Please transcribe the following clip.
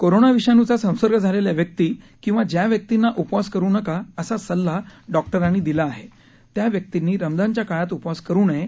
corona विषाणूचा संसर्ग झालेल्या व्यक्ती किंवा ज्या व्यक्तींना उपवास करू नका असा सल्ला डॉक्टरांनी दिला आहे त्या व्यक्तींनी रमजानच्या काळात उपवास करू नये